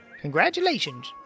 congratulations